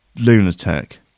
lunatic